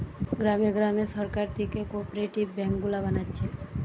গ্রামে গ্রামে সরকার থিকে কোপরেটিভ বেঙ্ক গুলা বানাচ্ছে